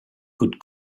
could